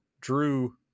Drew